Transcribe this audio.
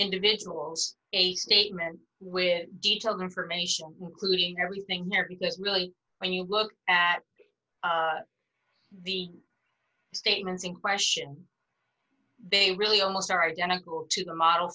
individuals a statement with detailed information including everything here because really when you look at the statements in question they really almost are identical to the model